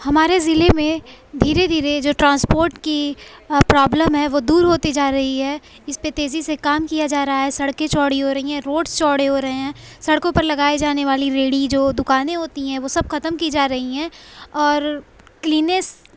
ہمارے ضلع میں دھیرے دھیرے جو ٹرانسپورٹ کی پرابلم ہے وہ دور ہوتی جا رہی ہے اس پہ تیزی سے کام کیا جا رہا ہے سڑکیں چوڑی ہو رہی ہیں روڈس چوڑے ہو رہے ہیں سڑکوں پہ لگائے جانے والی ریڑی جو دکانیں ہوتی ہیں وہ سب ختم کی جا رہی ہیں اور کلینیس